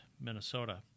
Minnesota